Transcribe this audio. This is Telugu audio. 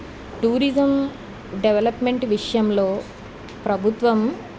టూరిజం డెవలప్మెంట్ విషయంలో ప్రభుత్వం